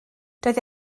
doedd